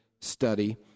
study